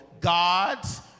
God's